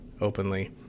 openly